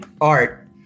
Art